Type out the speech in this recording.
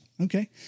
Okay